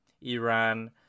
Iran